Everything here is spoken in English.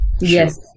Yes